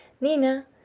Nina